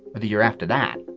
the year after that.